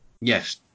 Yes